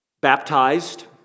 baptized